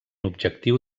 objectiu